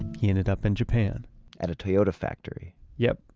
he ended up in japan at a toyota factory yep.